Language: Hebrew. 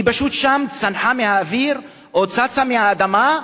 היא פשוט שם צנחה מהאוויר או צצה מהאדמה?